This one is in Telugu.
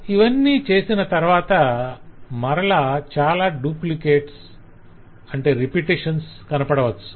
ఇవాన్నీ చేసిన తరవాత మరల చాలా డూప్లికేట్స్ duplicates పునరావృత్తులు repetitions కనపడవచ్చు